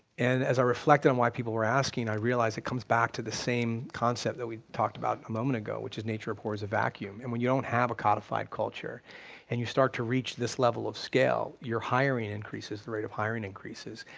and as i reflected on why people were asking, i realized it comes back to the same concept that we talked about a moment ago, which is nature abhors a vacuum, and when you don't have a codified culture and you start to reach this level of scale, you're hiring increases, the rate of hiring increases,